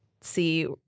see